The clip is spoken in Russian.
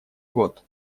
год